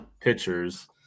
pitchers